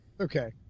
Okay